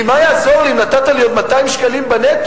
כי מה יעזור לי אם נתת לי עוד 200 שקלים בנטו,